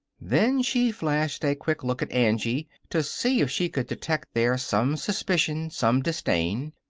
then she flashed a quick look at angie, to see if she could detect there some suspicion, some disdain.